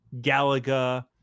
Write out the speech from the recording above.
Galaga